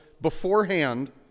beforehand